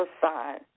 side